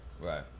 Right